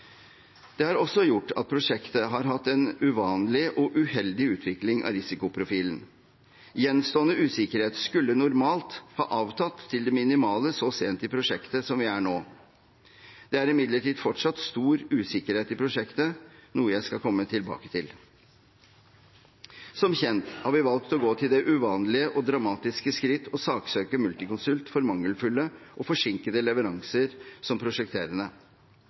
Det har også gjort at prosjektet har hatt en uvanlig og uheldig utvikling av risikoprofilen. Gjenstående usikkerhet skulle normalt ha avtatt til det minimale så sent i prosjektet som vi er nå. Det er imidlertid fortsatt stor usikkerhet i prosjektet, noe jeg skal komme tilbake til. Som kjent har vi valgt å gå til det uvanlige og dramatiske skritt å saksøke Multiconsult for mangelfulle og forsinkede leveranser som prosjekterende.